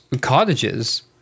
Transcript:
cottages